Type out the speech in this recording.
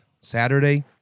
Saturday